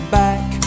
back